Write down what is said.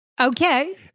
Okay